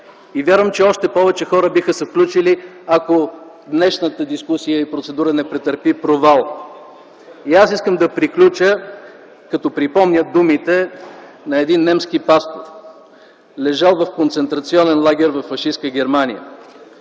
Вярвам, че още повече хора биха се включили, ако днешната дискусия и процедура не претърпи провал. Искам да приключа като припомня думите на един немски пастор, лежал в концентрационен лагер във фашистка Германия.